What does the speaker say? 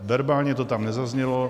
Verbálně to tam nezaznělo.